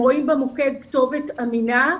הם רואים במוקד כתובת אמינה.